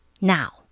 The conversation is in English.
Now